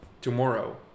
tomorrow